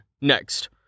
Next